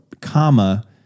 comma